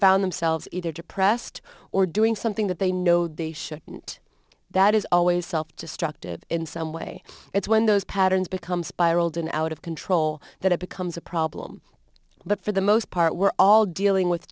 found themselves either depressed or doing something that they know they shouldn't that is always self destructive in some way it's when those patterns become spiraled and out of control that it becomes a problem but for the most part we're all dealing with